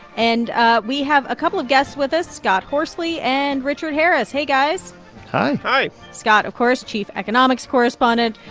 and ah we have a couple of guests with us scott horsley and richard harris. hey, guys hi hi scott, of course, chief economics correspondent.